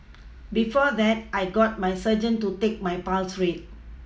before that I got my surgeon to take my pulse rate